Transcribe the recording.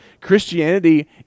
Christianity